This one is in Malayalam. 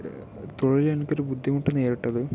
തൊഴിലിൽ എനിക്കൊരു ബുദ്ധിമുട്ട് നേരിട്ടത്